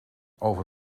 over